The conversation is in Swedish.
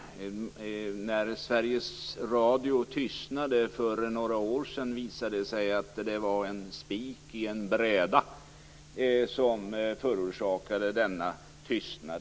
När Sveriges Radio tystnade för några år sedan visade det sig att det var en spik i en bräda som orsakade denna tystnad.